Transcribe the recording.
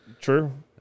True